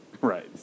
Right